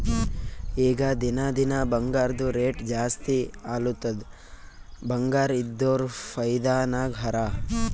ಈಗ ದಿನಾ ದಿನಾ ಬಂಗಾರ್ದು ರೇಟ್ ಜಾಸ್ತಿ ಆಲತ್ತುದ್ ಬಂಗಾರ ಇದ್ದೋರ್ ಫೈದಾ ನಾಗ್ ಹರಾ